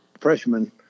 freshman